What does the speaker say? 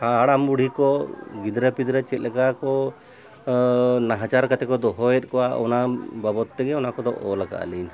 ᱦᱟᱲᱟᱢ ᱵᱩᱲᱦᱤ ᱠᱚ ᱜᱤᱫᱽᱨᱟᱹ ᱯᱤᱫᱽᱨᱟᱹ ᱪᱮᱫ ᱞᱮᱠᱟ ᱠᱚ ᱱᱟᱦᱟᱪᱟᱨ ᱠᱟᱛᱮ ᱠᱚ ᱫᱚᱦᱚᱭᱮᱫ ᱠᱚᱣᱟ ᱚᱱᱟ ᱵᱟᱵᱚᱫ ᱛᱮᱜᱮ ᱚᱱᱟ ᱠᱚᱫᱚ ᱚᱞ ᱟᱠᱟᱫ ᱟᱹᱞᱤᱧ ᱦᱟᱜ